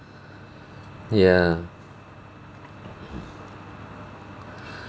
ya